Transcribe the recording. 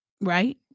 right